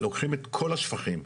אנחנו לוקחים את כל השפכים,